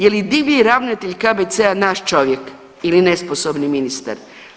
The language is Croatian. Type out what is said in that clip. Je li divlji ravnatelj KBC-a naš čovjek ili nesposobni ministar?